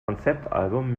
konzeptalbum